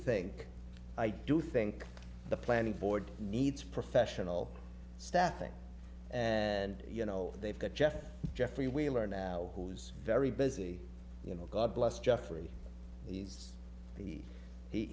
think i do think the planning board needs professional staffing and you know they've got jeff jeffrey wheeler now who's very busy you know god bless jeffrey he's he he